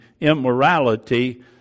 immorality